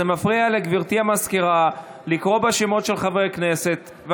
זה מפריע לגברתי המזכירה לקרוא בשמות חברי הכנסת.